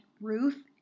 Ruth